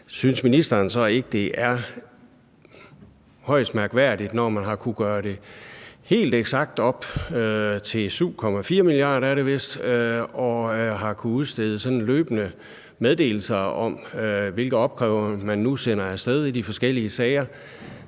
Synes ministeren så ikke, at det er højst mærkværdigt, at man har kunnet gøre det helt eksakt op til 7,4 mia. kr., er det vist, og har kunnet udstede sådan løbende meddelelser om, hvilke opkrævninger man nu sender af sted i de forskellige sager?